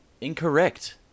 incorrect